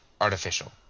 artificial